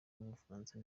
w’umufaransa